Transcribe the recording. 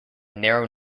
narrow